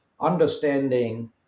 understanding